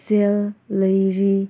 ꯁꯦꯜ ꯂꯩꯔ